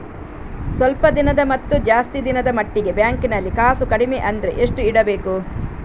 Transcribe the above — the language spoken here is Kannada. ಸ್ವಲ್ಪ ದಿನದ ಮತ್ತು ಜಾಸ್ತಿ ದಿನದ ಮಟ್ಟಿಗೆ ಬ್ಯಾಂಕ್ ನಲ್ಲಿ ಕಾಸು ಕಡಿಮೆ ಅಂದ್ರೆ ಎಷ್ಟು ಇಡಬೇಕು?